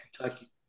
Kentucky